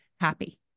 happy